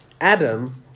Adam